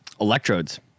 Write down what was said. electrodes